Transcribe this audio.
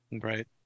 right